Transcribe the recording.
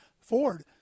Ford